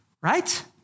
right